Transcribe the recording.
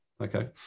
Okay